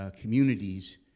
Communities